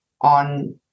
on